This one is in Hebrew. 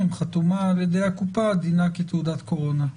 חתומה על ידי הקופה דינה כתעודת קורונה,